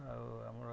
ଆଉ ଆମର